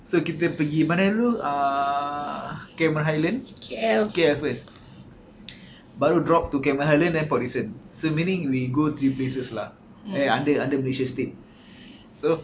so kita pergi mana dulu ah cameron highland K_L first baru drop to cameron highland and port dickson so meaning we go three places lah eh under under malaysia state